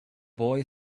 boy